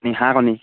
নিশাকনি